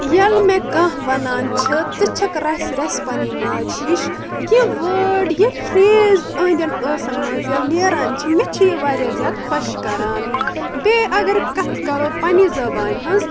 ییٚلہِ مےٚ کانٛہہ ونان چھ ژٕ چھکھ رسہِ رسہِ پنٕنۍ ماجہِ ہِش یہِ وٲڑ یہِ فریز أہنٛدٮ۪ن ٲسن منٛز ییٚلہِ نیران چھُ مےٚ چھِ یہِ واریاہ زیادٕ خۄش کران بیٚیہِ اگر کتھ کرو پننہِ زبانہِ ہٕنٛز